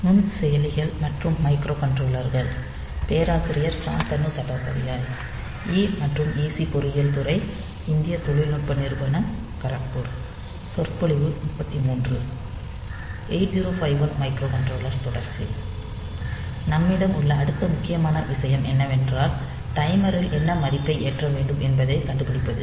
8051 microcontroller தொடர்ச்சி நம்மிடம் உள்ள அடுத்த முக்கியமான விஷயம் என்னவென்றால் டைமரில் என்ன மதிப்பை ஏற்ற வேண்டும் என்பதைக் கண்டுபிடிப்பது